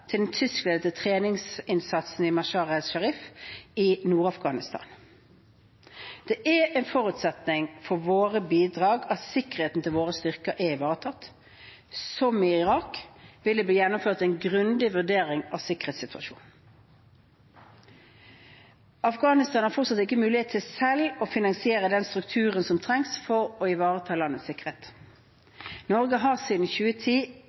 til den tyskledede treningsinnsatsen i Mazar-e Sharif i Nord-Afghanistan. Det er en forutsetning for våre bidrag at sikkerheten til våre styrker er ivaretatt. Som i Irak vil det bli gjennomført en grundig vurdering av sikkerhetssituasjonen. Afghanistan har fortsatt ikke mulighet til selv å finansiere den strukturen som trengs for å ivareta landets sikkerhet. Norge har siden 2010